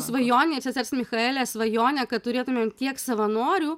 svajonė sesers michaelės svajonė kad turėtumėm tiek savanorių